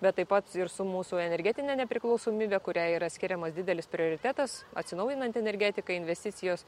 bet taip pat ir su mūsų energetine nepriklausomybe kuriai yra skiriamas didelis prioritetas atsinaujinanti energetika investicijos